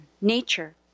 nature